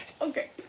Okay